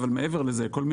אבל מעבר לזה כל,